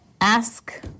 Ask